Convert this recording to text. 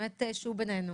שהוא באמת בינינו.